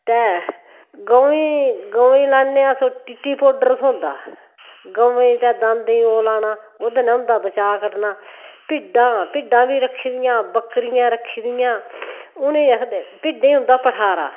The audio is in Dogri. ते गवें गवें गी लान्ने अस ओह् टीटी पाउडर थ्होंदा गवें ते दांदें गी ओह् लाना ओह्दे कन्नै उं'दा बचाऽ करना ते भी भिड्डां भिड्डां बी रक्खी दियां बकरियां रक्खी दियां उ'नें गी अस भिड्डें गी होंदा पठारा